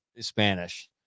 Spanish